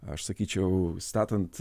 aš sakyčiau statant